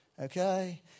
okay